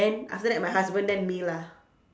then after that my husband then me lah